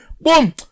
boom